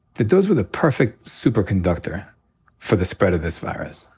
that those were the perfect super conductor for the spread of this virus.